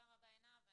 תודה רבה, עינב.